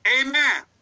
Amen